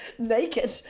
naked